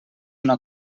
una